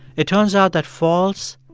it turns out that false,